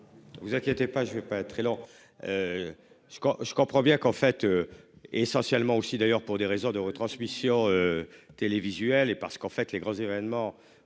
Vous inquiétez pas je ne veux pas être très long. Je crois je comprends bien qu'en fait. Essentiellement aussi d'ailleurs pour des raisons de retransmission. Télévisuelle et parce qu'en fait les grands événements